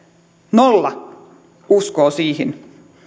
nolla prosenttia uskoo siihen